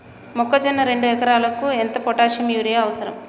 మొక్కజొన్న రెండు ఎకరాలకు ఎంత పొటాషియం యూరియా అవసరం?